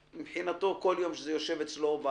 מבחינתו כל יום שזה יושב אצלו,